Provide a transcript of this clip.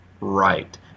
right